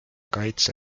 kaitse